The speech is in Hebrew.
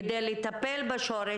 כדי לטפל בשורש,